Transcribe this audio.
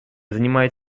занимает